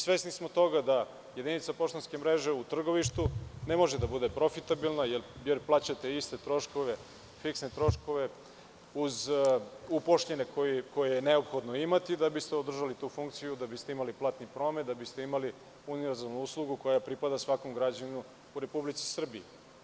Svesni smo toga da jedinica poštanske mreže u Trgovištu ne može da bude profitabilna jer plaća te iste troškove, fiksne troškove uz uposlene koje je neophodno imati da biste održali tu funkciju, da biste imali platni promet, da biste imali univerzalnu uslugu koja pripada svakom građaninu u Republici Srbiji.